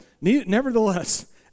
nevertheless